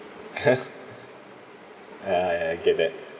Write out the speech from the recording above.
ah ya I get that